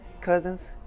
cousins